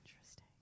Interesting